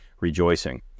rejoicing